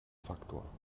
faktor